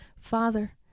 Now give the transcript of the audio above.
Father